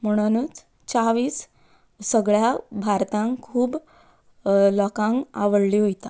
म्हणूनच च्या ही सगळ्या भारतांत खूब लोकांक आवडली वता